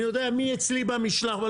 אני יודע מי אצלי מהמשלחות.